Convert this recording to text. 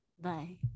Bye